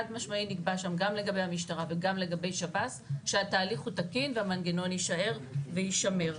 גם לגבי המשטרה וגם לגבי שב"ס שהתהליך הוא תקין והמנגנון יישאר ויישמר.